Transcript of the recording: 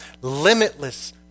limitless